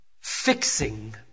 fixing